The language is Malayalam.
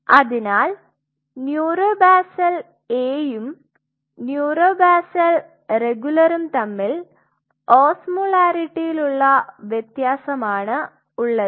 അതിനാൽ ന്യൂറോ ബാസൽ A യും ന്യൂറോ ബാസൽ റെഗുലരും തമ്മിൽ ഓസ്മോളാരിറ്റിയിൽ ഉള്ള വ്യത്യാസം ആണ് ഉള്ളത്